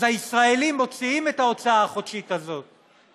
אז הישראלים מוציאים את ההוצאה החודשית הזאת,